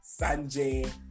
Sanjay